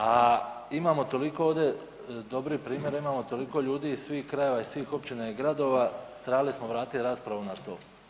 A imamo toliko ovdje dobrih primjera, imamo toliko ljudi iz svih krajeva iz svih općina i gradova trebali smo vratiti raspravu na to.